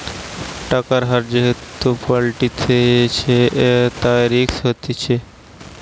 টাকার হার যেহেতু পাল্টাতিছে, তাই রিস্ক হতিছে